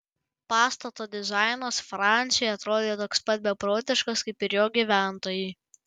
pastato dizainas franciui atrodė toks pat beprotiškas kaip ir jo gyventojai